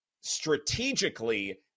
strategically